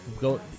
go